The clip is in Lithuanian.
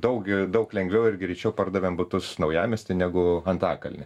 daug gi daug lengviau ir greičiau pardavėm butus naujamiesty negu antakalny